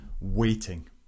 waiting